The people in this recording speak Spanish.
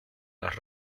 las